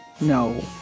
no